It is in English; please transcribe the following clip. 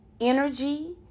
energy